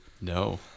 No